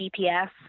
GPS